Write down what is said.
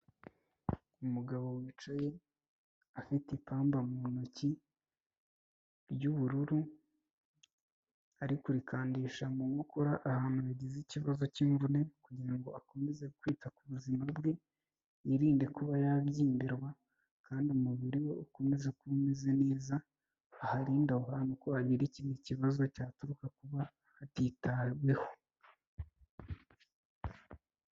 Umugabo wicaye afite ipamba mu ntoki ry'ubururu, ari kurikandisha mu nkokora ahantu yagize ikibazo cy'imvune, kugira ngo akomeze kwita ku buzima bwe, yirinde kuba yabyimbirwa kandi umubiri we ukomeza kuba umeze neza, aharinde aho hantu ko hagira ikindi kibazo cyaturuka kuba hatitaweho.